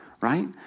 Right